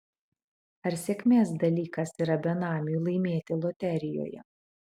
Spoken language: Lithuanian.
ar sėkmės dalykas yra benamiui laimėti loterijoje